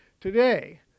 today